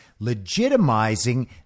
legitimizing